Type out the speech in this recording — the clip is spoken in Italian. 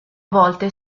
volte